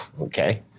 okay